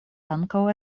ankaŭ